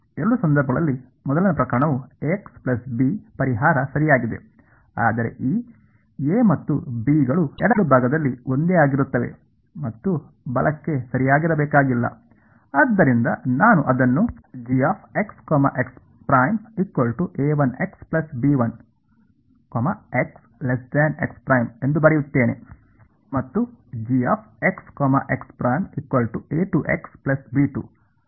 ಎರಡೂ ಸಂದರ್ಭಗಳಲ್ಲಿ ಮೊದಲ ಪ್ರಕರಣವು ಪರಿಹಾರ ಸರಿಯಾಗಿದೆ ಆದರೆ ಈ A ಮತ್ತು B ಗಳು ಎಡಭಾಗದಲ್ಲಿ ಒಂದೇ ಆಗಿರುತ್ತವೆ ಮತ್ತು ಬಲಕ್ಕೆ ಸರಿಯಾಗಿರಬೇಕಾಗಿಲ್ಲ ಆದ್ದರಿಂದ ನಾನು ಅದನ್ನು ಎಂದು ಬರೆಯುತ್ತೇನೆ ಮತ್ತು ಸರಿ